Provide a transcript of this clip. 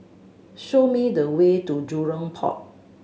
show me the way to Jurong Port